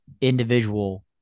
individual